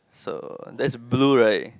so that's blue right